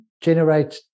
generate